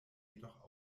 jedoch